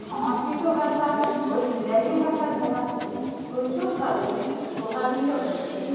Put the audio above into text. সংস্কৃত ভাষা ও ইংরাজি ভাষার দ্বারা প্রচুরভাবেই প্রভাবিত হয়েছে